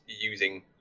using